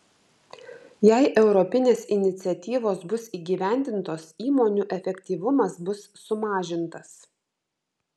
jei europinės iniciatyvos bus įgyvendintos įmonių efektyvumas bus sumažintas